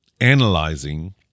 analyzing